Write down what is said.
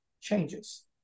changes